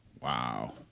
Wow